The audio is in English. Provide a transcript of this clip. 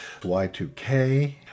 y2k